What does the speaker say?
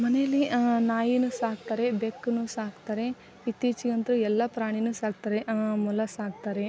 ಮನೇಲಿ ನಾಯಿನು ಸಾಕ್ತಾರೆ ಬೆಕ್ಕುನು ಸಾಕ್ತಾರೆ ಇತ್ತೀಚಿಗಂತು ಎಲ್ಲ ಪ್ರಾಣಿನು ಸಾಕ್ತಾರೆ ಮೊಲ ಸಾಕ್ತಾರೆ